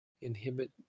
inhibit